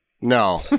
No